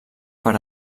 per